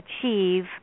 achieve